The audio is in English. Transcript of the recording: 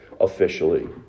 officially